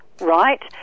right